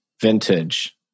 vintage